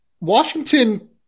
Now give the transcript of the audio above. Washington